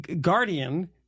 guardian